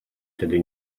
wtedy